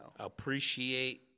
appreciate